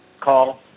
call